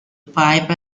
pipe